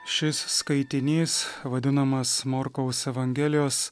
šis skaitinys vadinamas morkaus evangelijos